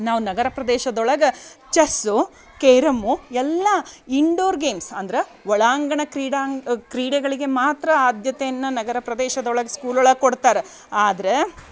ನಾವು ನಗರ ಪ್ರದೇಶದೊಳಗೆ ಚೆಸ್ಸು ಕೇರಮ್ಮು ಎಲ್ಲ ಇಂಡೋರ್ ಗೇಮ್ಸ್ ಅಂದ್ರೆ ಒಳಾಂಗಣ ಕ್ರೀಡಾಂಗ್ ಕ್ರೀಡೆಗಳಿಗೆ ಮಾತ್ರ ಆದ್ಯತೆಯನ್ನು ನಗರ ಪ್ರದೇಶದೊಳಗೆ ಸ್ಕೂಲೊಳಗೆ ಕೊಡ್ತಾರ ಆದ್ರೆ